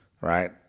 right